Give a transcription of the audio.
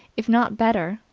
if not better,